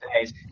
days